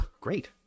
great